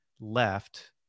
left